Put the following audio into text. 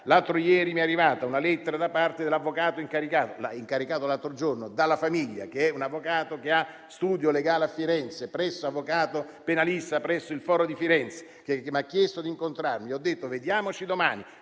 l'altro ieri mi è arrivata una lettera da parte dell'avvocato incaricato l'altro giorno dalla famiglia, che ha lo studio legale a Firenze, un avvocato penalista presso il foro di Firenze, che mi ha chiesto di incontrarlo. Gli ho detto di vederci domani,